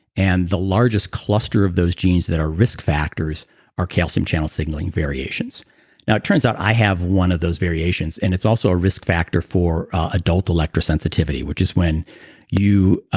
and the largest cluster of those genes that are risk factors are calcium channel signaling variations now, it turns out i have one of those variations and it's also a risk factor for adult electrosensitivity, which is when you.